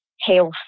health